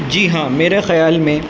جی ہاں میرے خیال میں